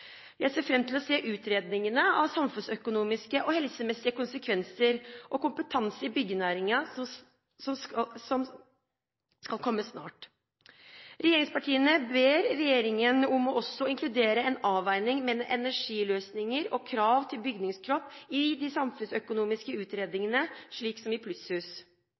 Jeg ser fram til å se utredningene om samfunnsøkonomiske og helsemessige konsekvenser og kompetanse i byggenæringen som skal komme snart. Regjeringspartiene ber regjeringen om å inkludere en avveining mellom energiløsninger og krav til bygningskropp i de samfunnsøkonomiske utredningene, slik som i plusshus.